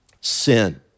sin